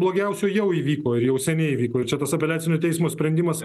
blogiausio jau įvyko ir jau seniai įvyko ir čia tas apeliacinio teismo sprendimas